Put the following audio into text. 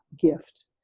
gift